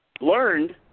learned